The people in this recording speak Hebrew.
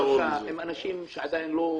אם אנשים שעדיין לא אוגדו,